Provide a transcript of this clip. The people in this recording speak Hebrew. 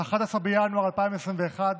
11 בינואר 2021,